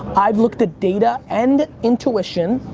i've looked at data and intuition,